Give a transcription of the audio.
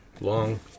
Long